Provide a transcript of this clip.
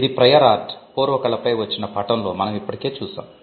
ఇది prior art పై వచ్చిన పాఠంలో మనం ఇప్పటికే చూశాం